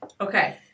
Okay